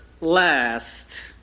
last